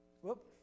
Whoop